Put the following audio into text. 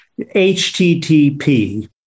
HTTP